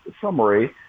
summary